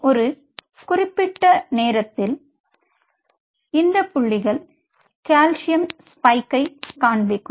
ஒரு குறிப்பிட்ட நேரத்தில் இந்த புள்ளிகள் கால்சியம் ஸ்பைக்கைக் காண்பிக்கும்